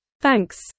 Thanks